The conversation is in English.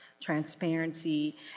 transparency